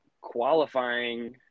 qualifying